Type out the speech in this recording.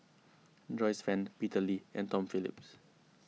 Joyce Fan Peter Lee and Tom Phillips